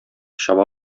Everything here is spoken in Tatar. чаба